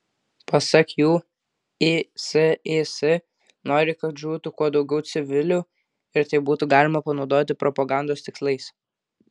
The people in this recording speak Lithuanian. pasak jų isis nori kad žūtų kuo daugiau civilių ir tai būtų galima panaudoti propagandos tikslais